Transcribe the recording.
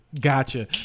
Gotcha